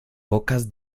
bocas